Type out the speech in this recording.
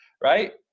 right